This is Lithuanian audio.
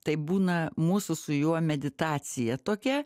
taip būna mūsų su juo meditacija tokia